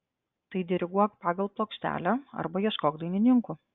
tai diriguok pagal plokštelę arba ieškok dainininkų